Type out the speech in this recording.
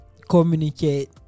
communicate